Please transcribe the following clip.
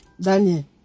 daniel